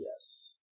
yes